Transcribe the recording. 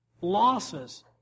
losses